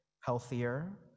healthier